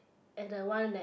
at the one that